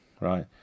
right